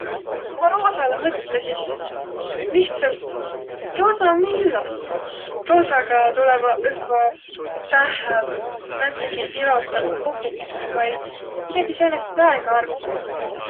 Ku ma roosalõ mõtlõ, sis lihtsält roosa om nii illos. Roosaga tulõvaq õkva päähä määntsegi ilosaq pupikõsõq vai midägi säänest väega armsat.